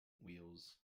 wheels